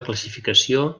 classificació